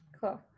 Cool